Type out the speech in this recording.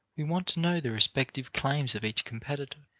we want to know the respective claims of each competitor.